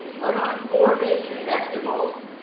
put on four major festivals,